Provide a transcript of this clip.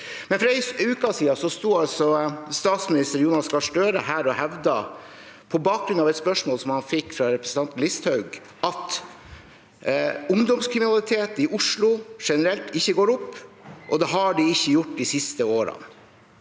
For en uke siden sto altså statsminister Jonas Gahr Støre her og hevdet, på bakgrunn av et spørsmål han fikk fra representanten Listhaug, at ungdomskriminaliteten i Oslo generelt ikke går opp og ikke har gjort det de siste årene.